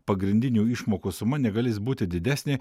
pagrindinių išmokų suma negalės būti didesnė